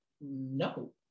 no